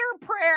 prayer